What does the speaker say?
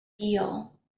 feel